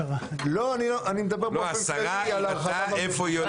לא, השרה הראתה איפה היא הולכת לשים.